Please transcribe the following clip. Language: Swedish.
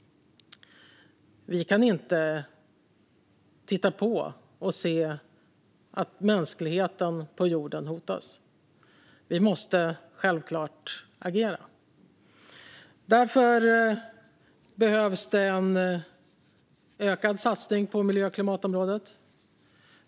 Vi kan inte titta på när mänskligheten på jorden hotas. Vi måste agera. Därför behövs det en ökad satsning på miljö och klimatområdet.